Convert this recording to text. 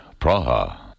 Praha